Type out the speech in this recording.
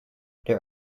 there